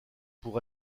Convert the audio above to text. pour